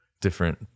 different